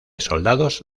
soldados